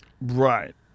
Right